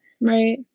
right